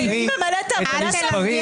שאי-אפשר להקריא את המספרים